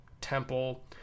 Temple